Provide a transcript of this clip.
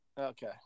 Okay